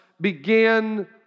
began